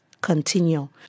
continue